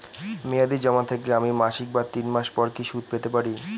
মেয়াদী জমা থেকে আমি মাসিক বা তিন মাস পর কি সুদ পেতে পারি?